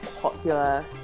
popular